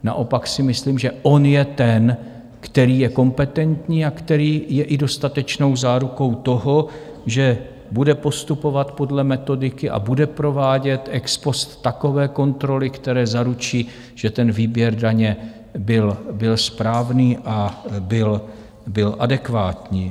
Naopak si myslím, že on je ten, který je kompetentní a který je i dostatečnou zárukou toho, že bude postupovat podle metodiky a bude provádět ex post takové kontroly, které zaručí, že výběr daně byl správný a byl adekvátní.